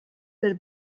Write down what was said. per